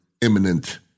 imminent